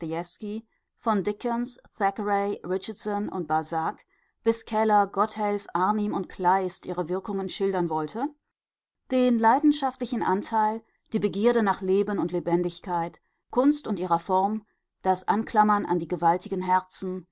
von dickens thackeray richardson und balzac bis keller gotthelf arnim und kleist ihre wirkungen schildern wollte den leidenschaftlichen anteil die begierde nach leben und lebendigkeit kunst und ihrer form das anklammern an die gewaltigen herzen